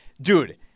dude